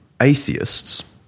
atheists